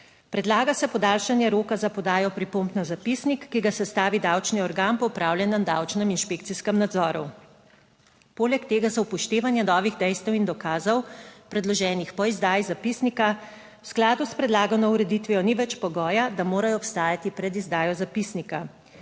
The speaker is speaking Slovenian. Predlaga se podaljšanje roka za podajo pripomb na zapisnik, ki ga sestavi davčni organ po opravljenem davčnem inšpekcijskem nadzoru poleg tega za upoštevanje novih dejstev in dokazov, predloženih po izdaji zapisnika v skladu s predlagano ureditvijo ni več pogoja, da morajo obstajati pred izdajo zapisnika.